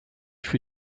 für